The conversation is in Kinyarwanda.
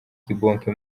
kibonke